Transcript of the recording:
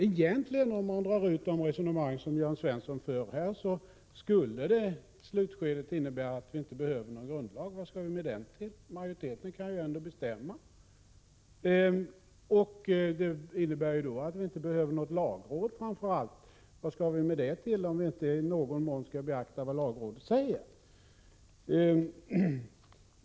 Egentligen skulle det resonemang som Jörn Svensson för här, i slutskedet innebära att vi inte behöver någon grundlag. Vad skulle vi nämligen i så fall ha den till? Majoriteten kan ju ändå bestämma. Det innebär framför allt att vi inte behöver något lagråd. Vad skall vi ha lagrådet till, om vi inte i någon mån beaktar vad lagrådet säger?